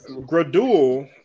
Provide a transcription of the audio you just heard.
gradual